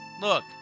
look